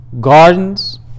Gardens